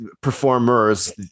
performers